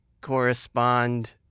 correspond